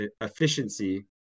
efficiency